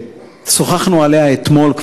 ששוחחנו עליה כבר אתמול,